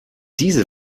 diese